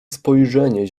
spojrzenie